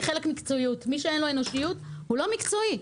מי שאין לו אנושיות הוא לא מקצועי.